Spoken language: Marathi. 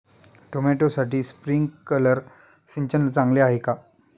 टोमॅटोसाठी स्प्रिंकलर सिंचन चांगले आहे का?